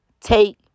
take